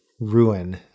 ruin